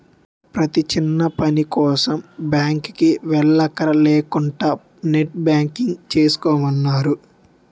ప్రతీ చిన్నపనికోసం బాంకుకి వెల్లక్కర లేకుంటా నెట్ బాంకింగ్ వాడుకోమన్నారు